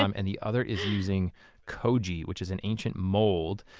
um and the other is using koji, which is an ancient mold,